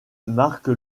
marque